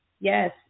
yes